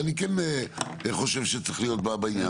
זה אני כן חושב שצריך להיות בעניין.